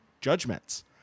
judgments